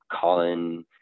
Colin